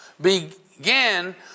began